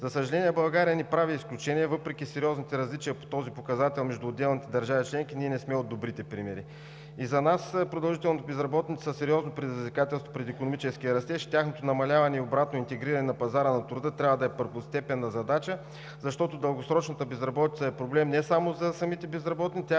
За съжаление, България не прави изключение. Въпреки сериозните различия по този показател между отделните държави членки, ние не сме от добрите примери. За нас продължително безработните са сериозно предизвикателство пред икономическия растеж. Тяхното намаляване и обратно – интегриране на пазара на труда, трябва да е първостепенна задача, защото дългосрочната безработица е проблем не само за самите безработни,